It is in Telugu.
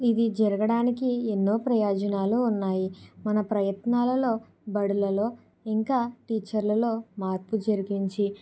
ఇది జరగడానికి ఎన్నో ప్రయోజనాలు ఉన్నాయి మన ప్రయత్నాలలో బడులలో ఇంకా టీచర్లలో మార్పు జరిపించి